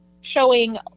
showing